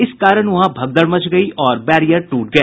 इस कारण वहां भगदड़ मच गयी और बैरियर टूट गया